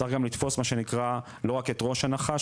צריך גם לתפוס לא רק את ראש הנחש.